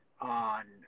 on